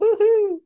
woohoo